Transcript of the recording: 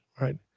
Right